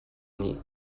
nih